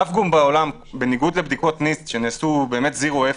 אף גוף בעולם בניגוד לבדיקות nist שנעשו zero effort,